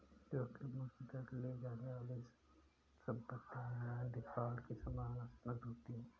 जोखिम मुक्त दर ले जाने वाली संपत्तियाँ डिफ़ॉल्ट की संभावना से मुक्त होती हैं